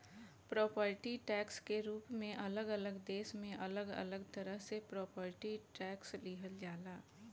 property tax के रूप में अलग अलग देश में अलग अलग तरह से प्रॉपर्टी टैक्स लिहल जाला